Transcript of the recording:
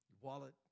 wallet